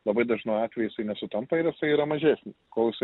labai dažnu atveju jisai nesutampa ir jisai yra mažesnis kol jisai